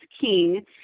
king